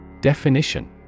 Definition